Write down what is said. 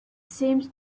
seemed